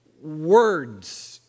words